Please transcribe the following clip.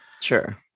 Sure